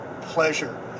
pleasure